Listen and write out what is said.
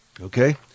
Okay